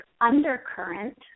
undercurrent